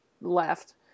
left